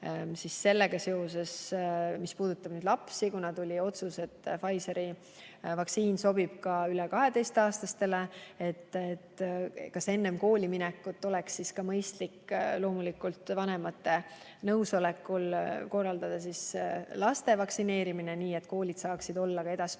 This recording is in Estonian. sellega seoses, mis puudutab lapsi, kuna tuli otsus, et Pfizeri vaktsiin sobib ka üle 12-aastastele. Kas enne kooliminekut oleks mõistlik, loomulikult vanemate nõusolekul, korraldada laste vaktsineerimine, nii et koolid saaksid olla edaspidigi